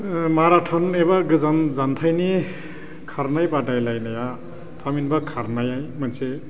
marathon एबा गोजान जानथायनि खारनाय बादायलायनाया थामहिनबा खारनाया मोनसे